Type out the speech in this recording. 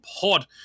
Pod